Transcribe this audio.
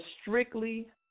strictly